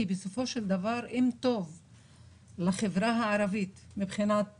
כי אם טוב לחברה הערבית מבחינת חינוך,